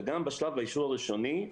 גם בשלב האישור הראשוני,